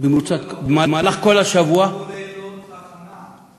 ובמהלך כל השבוע, לילות של הכנה.